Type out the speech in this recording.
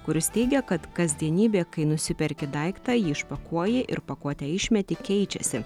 kuris teigia kad kasdienybė kai nusiperki daiktą jį išpakuoji ir pakuotę išmeti keičiasi